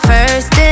First